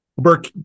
Burke